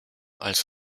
als